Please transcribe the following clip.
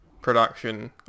production